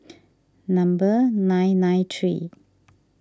number nine nine three